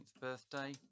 birthday